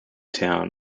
town